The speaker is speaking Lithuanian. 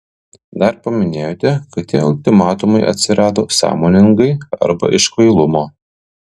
dar paminėjote kad tie ultimatumai atsirado sąmoningai arba iš kvailumo